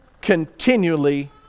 continually